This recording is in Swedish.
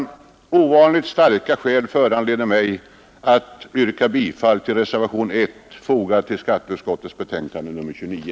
Ovanligt starka skäl föranleder mig att yrka bifall till reservationen 1 vid skatteutskottets betänkande nr 29.